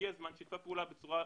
שהשקיעה זמן, ששיתפה פעולה בצורה מלאה,